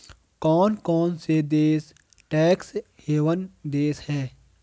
कौन कौन से देश टैक्स हेवन देश हैं?